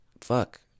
fuck